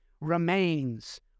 remains